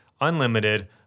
unlimited